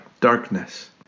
darkness